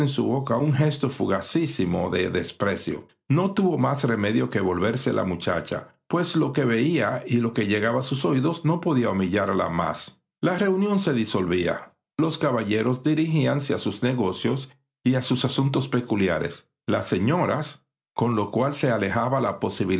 un gesto fugacísimo de desprecio no tuvo más remedio que volverse la muchacha pues lo que veía y lo que llegaba a sus oídos no podía humillarla más la reunión se disolvía los caballeros dirigíanse a sus negocios y a sus asuntos peculiares las seüoras con lo cual se alejaba la